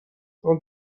سال